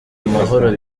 amahoro